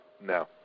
No